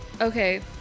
okay